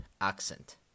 accent